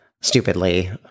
stupidly